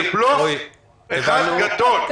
זה בלוף אחד גדול.